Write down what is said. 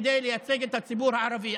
כדי לייצג את הציבור הערבי,